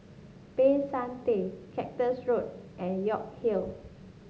Peck San Theng Cactus Road and York Hill